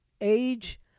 age